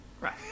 Right